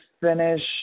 finish